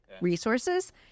resources